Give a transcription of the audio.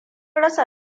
rasa